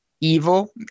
evil